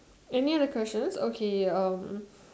any other question okay um